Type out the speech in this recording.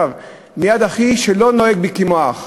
מיד אחי שלא נוהג בי כמו אח,